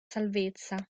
salvezza